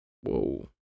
Whoa